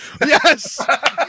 Yes